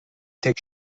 tek